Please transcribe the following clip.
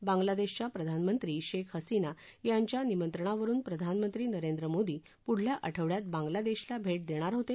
बांगलादेशाच्या प्रधानमंत्री शेख हसिना यांच्या निमंत्रणावरुन प्रधानमंत्री नरेंद्र मोदी पुढल्या आठवड्यात बांगलादेशाला भेट देणार होते